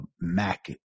Mac